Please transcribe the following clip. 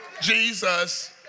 Jesus